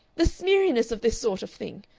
the smeariness of this sort of thing.